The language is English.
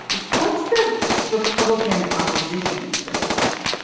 what's the republican opposition to this plan?